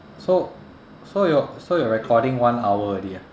so so your so your recording one hour already ah